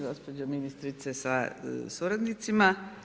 Gospođo ministrice sa suradnicima.